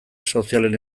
sozialen